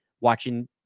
watching